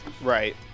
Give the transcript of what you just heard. Right